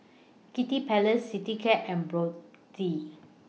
Kiddy Palace Citycab and Brotzeit